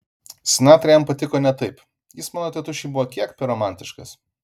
sinatra jam patiko ne taip jis mano tėtušiui buvo kiek per romantiškas